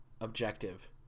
objective